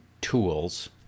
tools